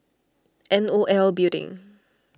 N O L Building